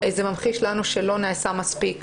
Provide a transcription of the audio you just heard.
זה ממחיש לנו שלא נעשה מספיק.